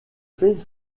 fait